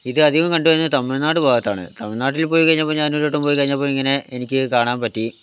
ഇതധികം കണ്ടു വരുന്നത് തമിഴ്നാട് ഭാഗത്താണ് തമിഴ്നാട്ടിൽ പോയ്കഴിഞ്ഞപ്പോൾ ഞാൻ പോയ്കഴിഞ്ഞപ്പോൾ ഞാനൊരുദിവസം പോയ്കഴിഞ്ഞപ്പോൾ ഇങ്ങനെ എനിക്ക് കാണാൻ പറ്റി